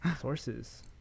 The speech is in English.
Sources